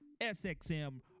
SXM